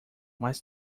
mas